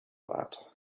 that